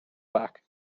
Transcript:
back